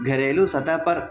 گھریلو سطح پر